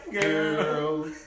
girl